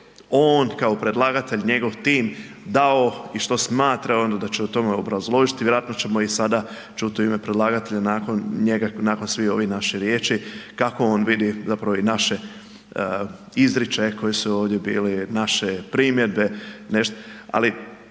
on kao predlagatelj, njegov tim dao i što smatra da će ono u tome obrazložiti. Vjerojatno ćemo i sada čuti u ime predlagatelja nakon njega nakon svih ovih naših riječi kako on vidi zapravo i naše izričaje koji su ovdje bili, naše primjedbe.